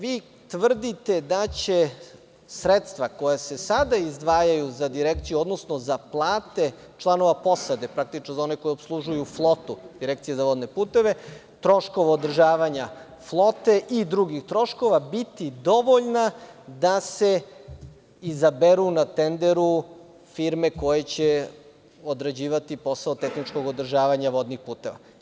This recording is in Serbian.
Vi tvrdite da će sredstva koja se sada izdvajaju za Direkciju, odnosno za plate članova posade, praktično za one koji opslužuju flotu, Direkcije za vodne puteve, troškove održavanja flote i drugih troškova biti dovoljna da se izaberu na tenderu firme koje će odrađivati posao tehničkog održavanja vodnih puteva.